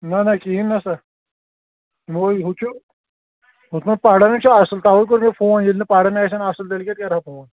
نہَ نہَ کِہیٖنٛۍ ہَسا وۅنۍ ہُہ چھُ دوٚپمو پرن چھِ اصٕل تَوے کوٚر مےٚ فون ییٚلہِ نہٕ پرن آسان اصٕل تیٚلہِ کتہِ کٔرٕہا فون